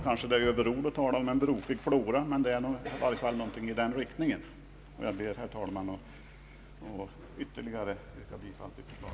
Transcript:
Kanske det är överord att tala om en brokig flora, men det är i varje fall någonting i den riktningen. Jag ber, herr talman, att än en gång få yrka bifall till utskottets förslag.